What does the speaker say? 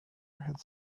had